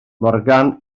morgan